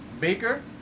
Baker